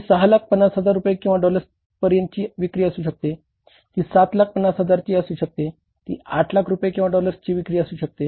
ती 6 लाख 50 हजार रुपये किंवा डॉलर्सची पर्यंतची विक्री असू शकते ती 7 लाख 50 हजारची असू शकते ती 8 लाख रुपये किंवा डॉलर्स ची विक्रीचे असू शकते